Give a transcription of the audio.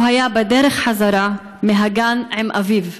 הוא היה בדרך חזרה מהגן עם אביו,